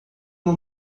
uma